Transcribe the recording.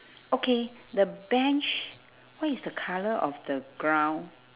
okay the bench what is the colour of the ground